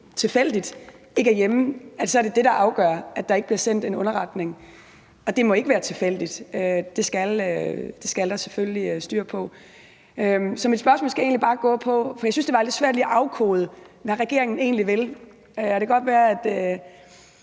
tilfældigt ikke er hjemme, er det det, der afgør, at der ikke bliver sendt en underretning? Det må ikke være baseret på den tilfældighed, og det skal der selvfølgelig styr på. Jeg syntes, det var lidt svært lige at afkode, hvad regeringen egentlig vil, og det er